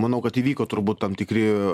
manau kad įvyko turbūt tam tikri